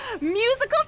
Musical